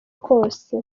kose